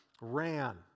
ran